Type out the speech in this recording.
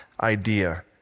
idea